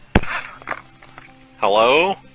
Hello